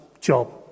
job